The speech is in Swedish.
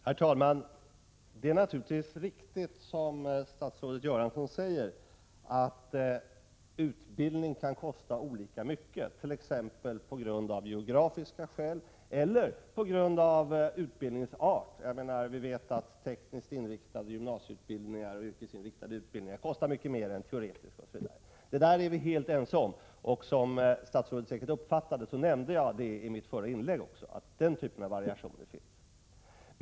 Herr talman! Det är naturligtvis riktigt, som statsrådet Göransson säger, att utbildning kan kosta olika mycket, t.ex. av geografiska skäl eller på grund av utbildningens art — vi vet att tekniskt inriktade gymnasieutbildningar, yrkesinriktade utbildningar, kostar mycket mer än teoretiska, osv. Det är vi helt ense om, och som statsrådet säkert uppfattade nämnde jag också i mitt förra inlägg att den typen av variationer finns.